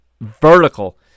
vertical